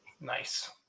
Nice